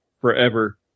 forever